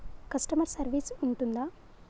Customer service ఉంటుందా?